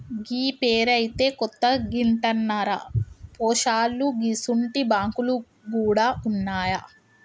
గీ పేరైతే కొత్తగింటన్నరా పోశాలూ గిసుంటి బాంకులు గూడ ఉన్నాయా